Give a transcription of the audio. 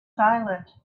silent